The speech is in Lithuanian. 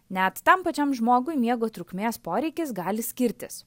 net tam pačiam žmogui miego trukmės poreikis gali skirtis